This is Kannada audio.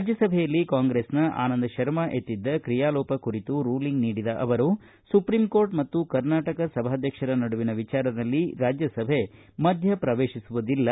ರಾಜ್ಯಸಭೆಯಲ್ಲಿ ಕಾಂಗ್ರೆಸ್ನ ಆನಂದ ಶರ್ಮಾ ಎತ್ತಿದ್ದ ಕ್ರಿಯಾಲೋಪ ಕುರಿತು ರೂಲಿಂಗ್ ನೀಡಿದ ಅವರು ಸುಪ್ರೀಂಕೋರ್ಟ್ ಮತ್ತು ಸಭಾಧ್ವಕ್ಷರ ನಡುವಿನ ವಿಚಾರದಲ್ಲಿ ರಾಜ್ಯಸಭೆ ಮಧ್ಯ ಪ್ರವೇಶಿಸುವುದಿಲ್ಲ